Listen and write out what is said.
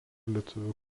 lietuvių